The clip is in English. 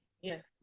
Yes